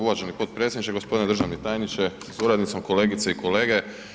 Uvaženi potpredsjedniče, gospodine državni tajniče sa suradnicom, kolegice i kolege.